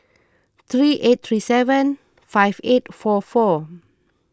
three eight three seven five eight four four